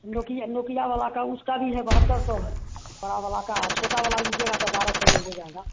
Nokia Nokia वाला का उसका भी है बहत्तर सौ है बड़ा वाला का छोटा वाला लीजिएगा तो बारह सौ में हो जाएगा